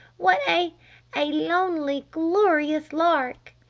what a a lonely glorious lark!